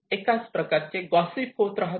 एकाच प्रकारचे गॉसिप होत राहते